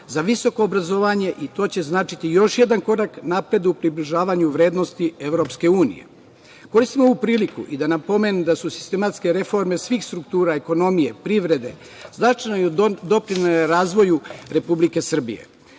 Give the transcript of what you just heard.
za visoko obrazovanje i to će značiti još jedan korak napred u približavanju vrednosti EU.Koristim ovu priliku i da napomenem da su sistematske reforme svih struktura ekonomije, privrede značajno doprinele razvoju Republike Srbije.